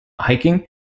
hiking